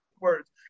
Words